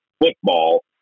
football